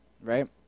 right